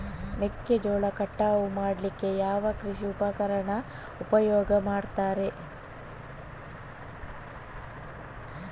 ಮೆಕ್ಕೆಜೋಳ ಕಟಾವು ಮಾಡ್ಲಿಕ್ಕೆ ಯಾವ ಕೃಷಿ ಉಪಕರಣ ಉಪಯೋಗ ಮಾಡ್ತಾರೆ?